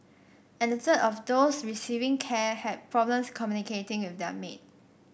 and a third of those receiving care had problems communicating with their maid